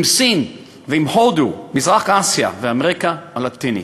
עם סין ועם הודו, מזרח-אסיה ואמריקה הלטינית.